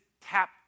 tap